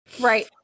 Right